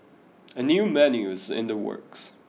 a new menu is in the works